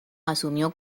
asumió